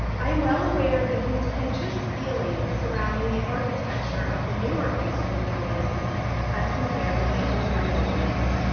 i am well aware of the contentious feelings surrounding the architecture of the newer high school buildings as compared with the older buildings.